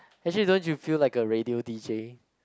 actually don't you feel like a radio d_j